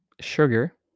sugar